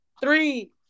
Three